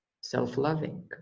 self-loving